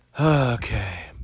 Okay